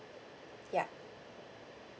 ya